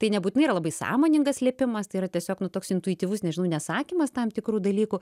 tai nebūtinai yra labai sąmoningas slėpimas tai yra tiesiog nu toks intuityvus nežinau nesakymas tam tikrų dalykų